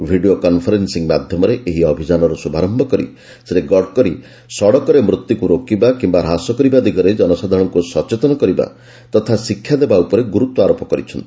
video conference ମାଧ୍ୟମରେ ଏହି ଅଭିଯାନର ଶୁଭାରମ୍ଭ କରି ଶ୍ରୀ ଗଡ଼କରୀ ସଡ଼କରେ ମୃତ୍ୟୁକୁ ରୋକିବା କିମ୍ବା ହ୍ରାସ କରିବା ଦିଗରେ ଜନସାଧାରଣଙ୍କୁ ସଚେତନ କରିବା ତଥା ଶିକ୍ଷା ଦେବା ଉପରେ ଗୁରୁତ୍ୱାରୋପ କରିଛନ୍ତି